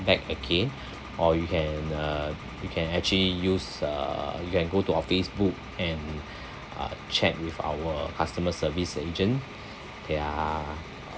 back again or you can uh you can actually use uh you can go to our facebook and uh chat with our customer service agent ya